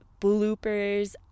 bloopers